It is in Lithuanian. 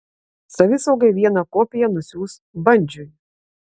savisaugai vieną kopiją nusiųs bandžiui